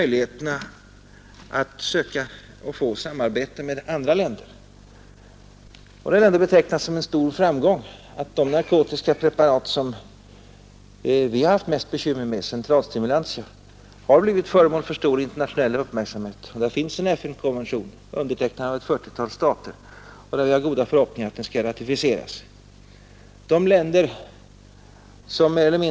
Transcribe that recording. Jag vill ändå beteckna det som en stor framgång att de narkotiska preparat som vi haft mest bekymmer med — centralstimulantia — har blivit föremål för stor internationell uppmärksamhet. Det finns numera en FN-konvention om s.k. psykotropa ämnen, undertecknad av ett fyrtiotal stater, och vi har goda förhoppningar att den skall ratificeras.